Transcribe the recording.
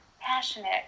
passionate